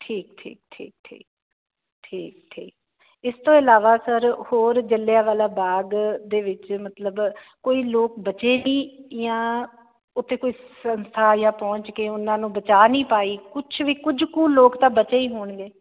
ਠੀਕ ਠੀਕ ਠੀਕ ਠੀਕ ਠੀਕ ਠੀਕ ਇਸ ਤੋਂ ਇਲਾਵਾ ਸਰ ਹੋਰ ਜਲਿਆ ਵਾਲਾ ਬਾਗ ਦੇ ਵਿੱਚ ਮਤਲਬ ਕੋਈ ਲੋਕ ਬਚੇ ਵੀ ਜਾਂ ਉੱਤੇ ਕੋਈ ਸੰਸਥਾ ਜਾਂ ਪਹੁੰਚ ਕੇ ਉਹਨਾਂ ਨੂੰ ਬਚਾ ਨਹੀਂ ਪਾਈ ਕੁਛ ਵੀ ਕੁਝ ਕੁ ਲੋਕ ਤਾਂ ਬਚੇ ਹੀ ਹੋਣਗੇ